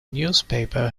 newspaper